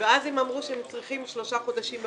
ואז הם אמרו שהם צריכים שלושה חודשים מראש.